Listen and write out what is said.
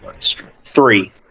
Three